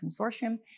Consortium